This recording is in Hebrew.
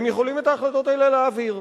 הם יכולים את ההחלטות האלה להעביר.